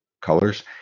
colors